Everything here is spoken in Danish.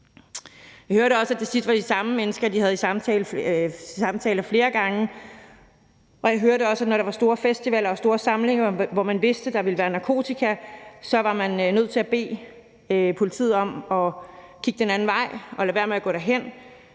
Vi hørte også, at det tit var de samme mennesker, de havde i samtale flere gange, og jeg hørte også, at når der var store festivaler og store samlinger, hvor man vidste, der ville være narkotika, var man nødt til at bede politiet om at kigge den anden vej og lade være med at gå derhen,